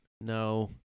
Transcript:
No